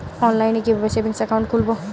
অনলাইনে কিভাবে savings account খুলবো?